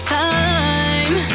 time